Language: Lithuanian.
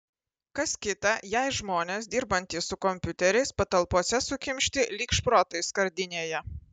kas kita jei žmonės dirbantys su kompiuteriais patalpose sukimšti lyg šprotai skardinėje